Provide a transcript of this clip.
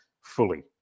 fully